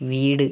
വീട്